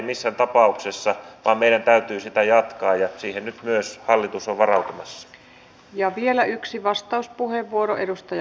sitten täällä olivat nämä yksityisen työnvälityksen julkisen työnvälityksen roolit joihin edustaja virolainen kiinnitti huomiota joista edustaja filatov kysyi